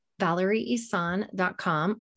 ValerieIsan.com